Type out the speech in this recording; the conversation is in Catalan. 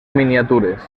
miniatures